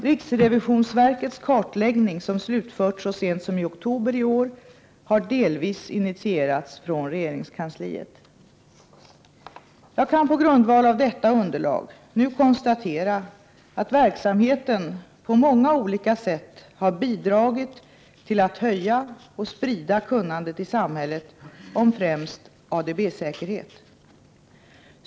Riksrevisionsverkets kartläggning som slutförts så sent som i oktober i år har delvis initierats från regeringskansliet. Jag kan på grundval av detta underlag nu konstatera att verksamheten på många olika sätt har bidragit till att höja och sprida kunnandet i samhället om främst ADB-säkerhet.